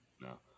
No